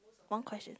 one question